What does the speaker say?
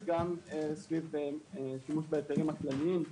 וגם סביב שימוש בהיתרים הכלליים.